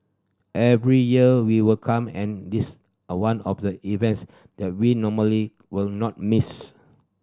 every year we will come and this a one of the events that we normally will not miss